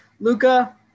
Luca